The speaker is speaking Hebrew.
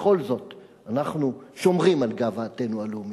בכל זאת אנחנו שומרים על גאוותנו הלאומית.